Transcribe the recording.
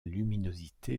luminosité